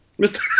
Mr